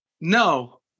No